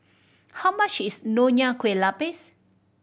how much is Nonya Kueh Lapis